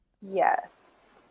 yes